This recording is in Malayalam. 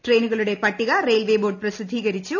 ട്രെയിനുകളുടെ പട്ടിക റെയിൽവേ ബോർഡ് പ്രസിദ്ധീകരിച്ചു